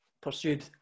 pursued